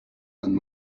than